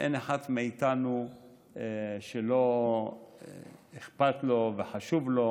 אין אחד מאיתנו שלא אכפת לו וחשוב לו